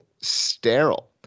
sterile